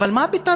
אבל מה הפתרון?